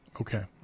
okay